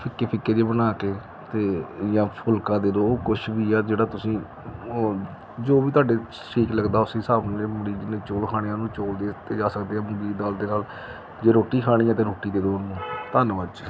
ਫਿੱਕੇ ਫਿੱਕੇ ਜਿਹੇ ਬਣਾ ਕੇ ਅਤੇ ਜਾਂ ਫੁਲਕਾ ਦੇ ਦਿਓ ਉਹ ਕੁਛ ਵੀ ਆ ਜਿਹੜਾ ਤੁਸੀਂ ਹੋਰ ਜੋ ਵੀ ਤੁਹਾਡੇ ਠੀਕ ਲੱਗਦਾ ਉਸ ਹਿਸਾਬ ਨਾਲ ਮਰੀਜ਼ ਨੇ ਚੌਲ ਖਾਣੇ ਆ ਉਹਨੂੰ ਚੌਲ ਦਿੱਤੇ ਜਾ ਸਕਦੇ ਆ ਮੂੰਗੀ ਦਾ ਦਾਲ ਦੇ ਨਾਲ ਜੇ ਰੋਟੀ ਖਾਣੀ ਹੈ ਤਾਂ ਰੋਟੀ ਦੇ ਦਿਓ ਉਹਨੂੰ ਧੰਨਵਾਦ ਜੀ